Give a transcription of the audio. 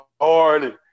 hard